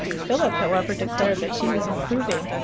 philip, however, declared that she was improving.